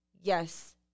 yes